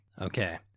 Okay